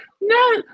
No